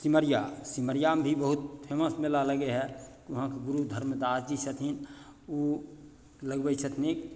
सिमरिया सिमरियामे भी बहुत फेमस मेला लागय हइ वहाँके गुरु धर्मराज जी छथिन उ लगबय छथिन